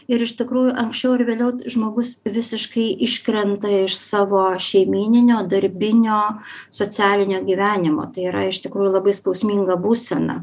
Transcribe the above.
ir iš tikrųjų anksčiau ir vėliau žmogus visiškai iškrenta iš savo šeimyninio darbinio socialinio gyvenimo tai yra iš tikrųjų labai skausminga būsena